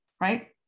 right